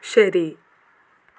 ശരി